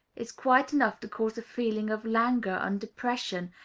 is quite enough to cause a feeling of languor and depression,